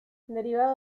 derivado